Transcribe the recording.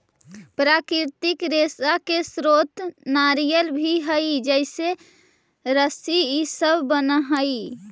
प्राकृतिक रेशा के स्रोत नारियल भी हई जेसे रस्सी इ सब बनऽ हई